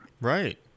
Right